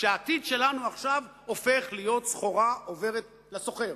שהעתיד שלנו עכשיו הופך להיות סחורה עוברת לסוחר.